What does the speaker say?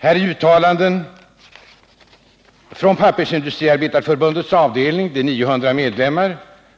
Här är ett uttalande från Pappersindustriarbetareförbundets avdelning med 900 medlemmar.